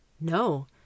No